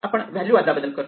आपण व्हॅल्यू अदलाबदल करतो